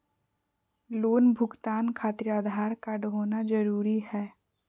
Loan भुगतान खातिर Aadhaar card होना जरूरी है?